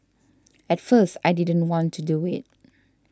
at first I didn't want to do it